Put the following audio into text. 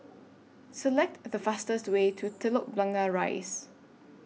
Select The fastest Way to Telok Blangah Rise